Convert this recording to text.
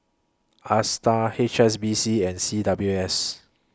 ASTAR H S B C and C W S